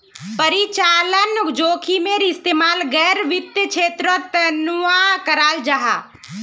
परिचालन जोखिमेर इस्तेमाल गैर वित्तिय क्षेत्रेर तनेओ कराल जाहा